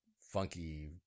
funky